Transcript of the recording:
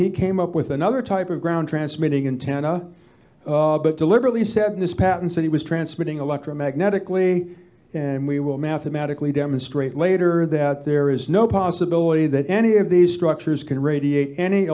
he came up with another type of ground transmitting in tanna but deliberately set in this patent that he was transmitting electromagnetically and we will mathematically demonstrate later that there is no possibility that any of these structures can radiate any